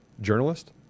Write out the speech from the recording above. journalist